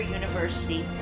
university